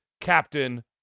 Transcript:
Captain